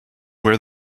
where